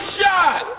shot